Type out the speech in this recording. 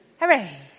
Hooray